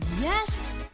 Yes